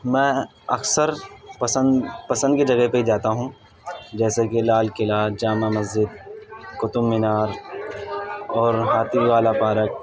میں اکثر پسند پسند کے جگہ پہ ہی جاتا ہوں جیسےکہ لال قلعہ جامع مسجد قطب مینار اور ہاتھی والا پارک